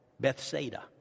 Bethsaida